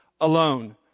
alone